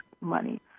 money